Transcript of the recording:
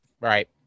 Right